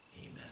Amen